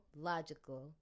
logical